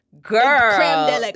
Girl